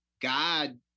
god